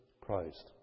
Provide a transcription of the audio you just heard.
Christ